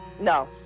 No